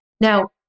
Now